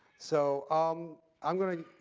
so um i'm going to